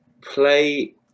play